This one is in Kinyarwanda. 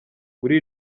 muri